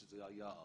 שזה היער,